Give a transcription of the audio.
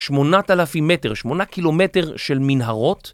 שמונת אלפים מטר, שמונה קילומטר של מנהרות?